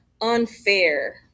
unfair